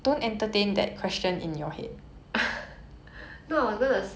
oh my god there's this chinese chain of restaurant